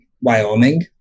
wyoming